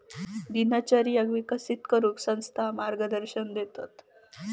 दिनचर्येक विकसित करूक संस्था मार्गदर्शन देतत